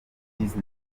dizzy